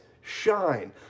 shine